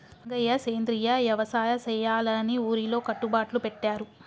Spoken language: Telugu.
రంగయ్య సెంద్రియ యవసాయ సెయ్యాలని ఊరిలో కట్టుబట్లు పెట్టారు